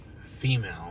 female